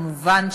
כמובן,